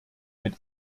mit